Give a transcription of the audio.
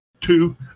two